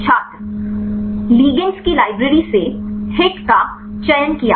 छात्र लिगेंड्स की लाइब्रेरी से हिट का चयन करें